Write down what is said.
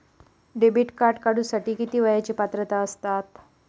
Debit card काढूसाठी किती वयाची पात्रता असतात?